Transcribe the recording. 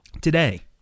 Today